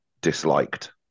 disliked